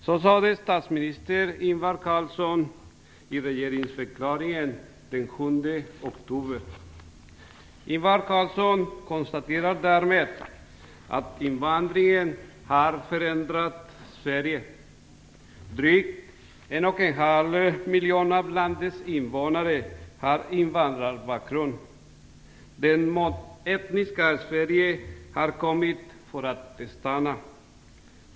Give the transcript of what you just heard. Så sade statsminister Ingvar Carlsson i regeringsförklaringen den 7 oktober. Ingvar Carlsson konstaterar därmed att invandringen har förändrat Sverige. Drygt 1,5 miljoner av landets invånare har invandrarbakgrund. Det mångetniska Sverige har kommit för att stanna.